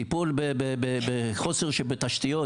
טיפול בחוסר בתשתיות.